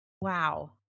Wow